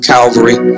Calvary